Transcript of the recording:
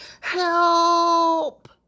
Help